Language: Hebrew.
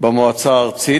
במועצה הארצית.